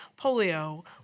polio